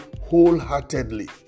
wholeheartedly